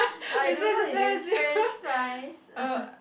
I don't know if it's french fries